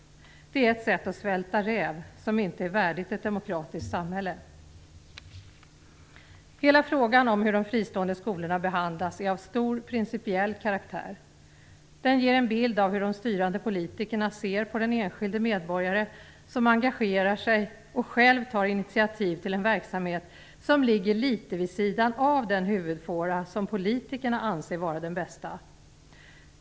Det är ett sätt att spela svälta räv, som inte är värdigt ett demokratiskt samhälle. Frågan om hur de fristående skolorna behandlas är av stor principiell karaktär. Den ger en bild av hur de styrande politikerna ser på den enskilde medborgare som engagerar sig och själv tar initiativ till en verksamhet som ligger litet vid sidan av den huvudfåra som politikerna anser vara den bästa.